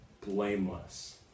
blameless